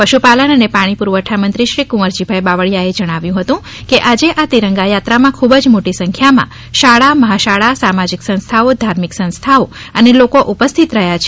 પશુપાલન અને પાણીપુરવઠા મંત્રીશ્રી કુંવરજીભાઇ બાવળિયા એ જણાવ્યું હતું કે આજે આ તિરંગાયાત્રામાં ખૂબ જ મોટી સંખ્યામાં શાળા મહાશાળા સામાજિક સંસ્થાઓ ધાર્મિક સંસ્થાઓ અને લોકો ઉપસ્થિત રહ્યા છે